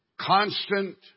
constant